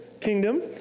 kingdom